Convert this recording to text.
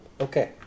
Okay